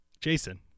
Jason